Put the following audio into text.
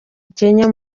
kenya